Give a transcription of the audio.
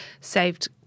saved